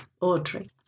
Audrey